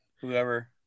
whoever